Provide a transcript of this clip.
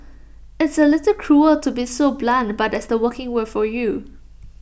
it's A little cruel to be so blunt but that's the working world for you